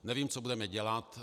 Nevím, co budeme dělat.